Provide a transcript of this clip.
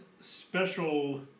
Special